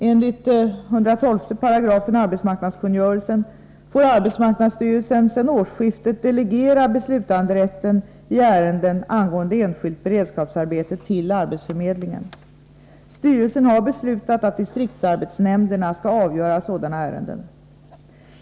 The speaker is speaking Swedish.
Enligt 112 § arbetsmarknadskungörelsen får arbetsmarknadsstyrelsen sedan årsskiftet delegera beslutanderätten i ärenden angående enskilt beredskapsarbete till arbetsförmedlingen. Styrelsen har beslutat att distriktsarbetsnämnderna skall avgöra sådana ärenden.